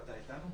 אתה איתנו?